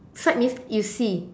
sight means you see